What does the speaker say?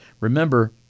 Remember